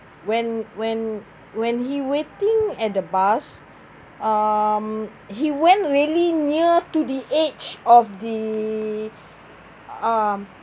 when when when he waiting at the bus um he went really near to the edge of the um